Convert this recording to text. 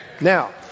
now